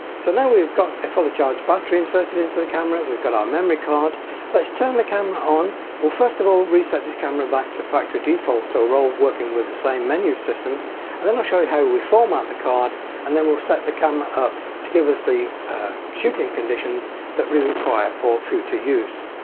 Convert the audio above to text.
so now we've got a fully charged battery inserted into the camera we've got our memory card let's turn the camera on well first of all reset this camera back to factory default so we're all ah working with the same menu system and then i'll show you how we format the card and then we'll set the camera up to give us the shooting conditions that require for future use.